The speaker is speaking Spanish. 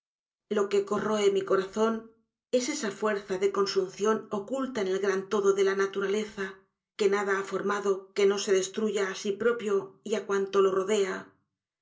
ib que corroe mi corazón es esa fuerza de consuncion oculta en el gran todo de la naturaleza quenada jia formado que no se destruya á sí propio y á cuanto rodea